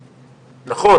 נכון.